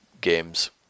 games